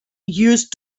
used